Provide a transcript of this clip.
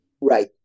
Right